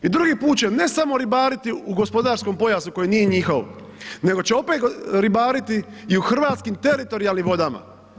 I drugi put će ne samo ribariti u gospodarskom pojasu koji nije njihov nego će opet ribariti i u hrvatskim teritorijalnim vodama.